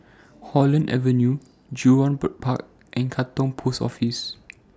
Holland Avenue Jurong Bird Park and Katong Post Office